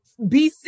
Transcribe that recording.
BC